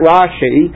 Rashi